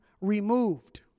removed